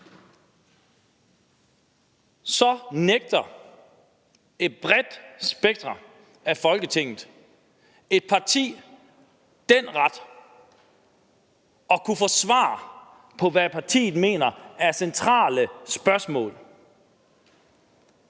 nægter et bredt spekter af Folketinget et parti den ret at kunne få svar på, hvad partiet mener er centrale spørgsmål.